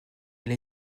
elle